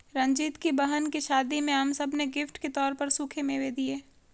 रंजीत की बहन की शादी में हम सब ने गिफ्ट के तौर पर सूखे मेवे दिए